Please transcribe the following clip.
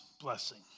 blessing